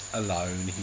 alone